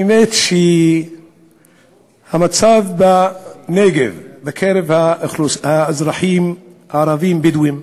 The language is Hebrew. האמת שהמצב בנגב בקרב האזרחים הערבים-בדואים,